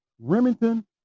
Remington